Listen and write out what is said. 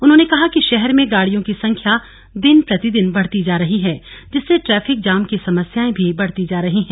उन्होंने कहा कि शहर में गाड़ियों की संख्या दिन प्रतिदिन बढती जा रही है जिससे ट्रैफिक जाम की समस्याएं भी बढ़ती जा रही है